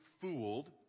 fooled